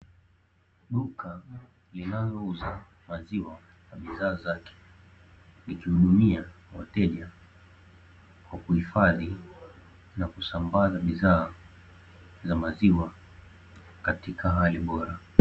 Duka linalouza maziwa na bidhaa zake, likihudumia wateja kwa kuhifadhi na kusambaza bidhaa za maziwa katika hali bora.